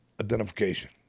identification